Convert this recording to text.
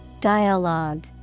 Dialogue